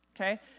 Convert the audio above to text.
okay